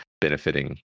benefiting